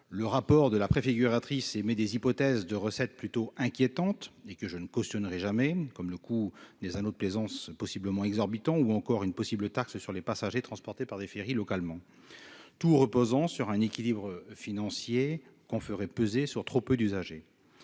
le rapport de la préfigure attriste émet des hypothèses de recettes plutôt inquiétante et que je ne cautionnerait jamais comme le des anneaux de plaisance possiblement exorbitants ou encore une possible taxe sur les passagers transportés par des ferries localement, tout reposant sur un équilibre financier qu'on ferait peser sur trop peu d'usagers